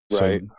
Right